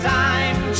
time